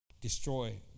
destroy